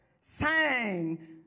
sang